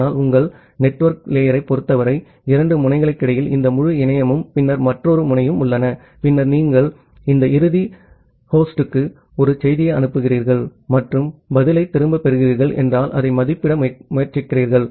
ஆனால் உங்கள் நெட்வொர்க் லேயரைப் பொறுத்தவரை இரண்டு முனைகளுக்கிடையில் இந்த முழு இணையமும் பின்னர் மற்றொரு முனையும் உள்ளன பின்னர் நீங்கள் இந்த இறுதி ஹோஸ்டுக்கு ஒரு செய்தியை அனுப்புகிறீர்கள் மற்றும் பதிலைத் திரும்பப் பெறுகிறீர்கள் என்றால் அதை மதிப்பிட முயற்சிக்கிறீர்கள்